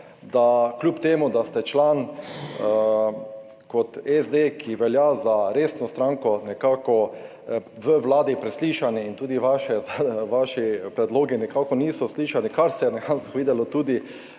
da kljub temu da ste kot član SD, ki velja za resno stranko, nekako v vladi preslišani in tudi vaši predlogi nekako niso slišani. Kar se je dejansko videlo tudi